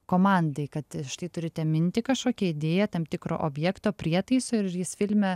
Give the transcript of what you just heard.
komandai kad štai turite mintį kažkokią idėją tam tikro objekto prietaiso ir jis filme